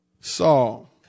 Saul